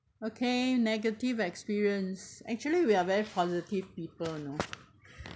okay negative experience actually we are very positive people you know